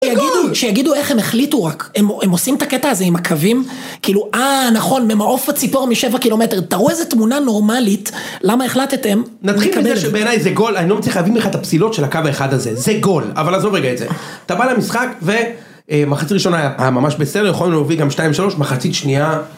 שיגידו איך הם החליטו רק, הם עושים את הקטע הזה עם הקווים כאילו אה נכון ממעוף הציפור משבע קילומטר, תראו איזה תמונה נורמלית, למה החלטתם. נתחיל מזה שבעיניי זה גול, אני לא מצליח להביא מכאן את הפסילות של הקו האחד הזה, זה גול, אבל עזוב רגע את זה, אתה בא למשחק ומחצית ראשונה היה ממש בסדר, יכולנו להוביל גם שתיים שלוש, מחצית שנייה.